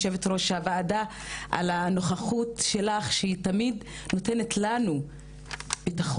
יושבת ראש הוועדה על הנוכחות שלך שהיא תמיד נותנת לנו ביטחון,